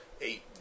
eight